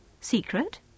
Secret